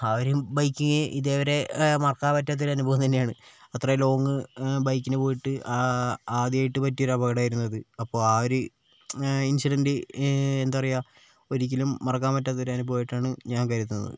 ആരും ബൈക്കിങ് ഇതേവരെ മറക്കാൻ പറ്റാത്ത ഒരു അനുഭവം തന്നെയാണ് അത്രയും ലോങ്ങ് ബൈക്കിന് പോയിട്ട് ആദ്യമായിട്ട് പറ്റിയ ഒരു അപകടമായിരുന്നു അത് അപ്പോൾ ആ ഒരു ഇൻസിഡൻറ് എന്താണ് പറയുക ഒരിക്കലും മറക്കാൻ പറ്റാത്ത ഒരു അനുഭവമായിട്ടാണ് ഞാൻ കരുതുന്നത്